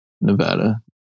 Nevada